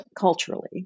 culturally